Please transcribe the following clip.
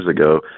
ago